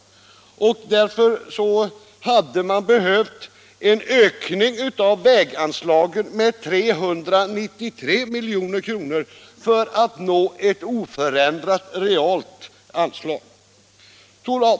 Därför hade det behövts en ökning av väganslaget med 393 milj.kr. för ett oförändrat realt anslag.